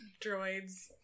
droids